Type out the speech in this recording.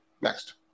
Next